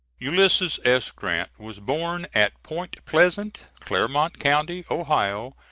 ulysses s. grant was born at point pleasant, clermont county, ohio,